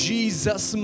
Jesus